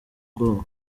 bwoba